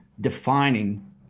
defining